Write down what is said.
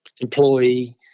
employee